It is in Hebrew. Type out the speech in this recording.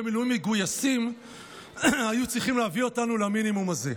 מילואים מגויסים היו צריכים להביא אותנו למינימום הזה.